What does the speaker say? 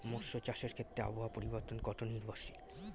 মৎস্য চাষের ক্ষেত্রে আবহাওয়া পরিবর্তন কত নির্ভরশীল?